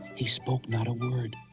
he spoke not a word.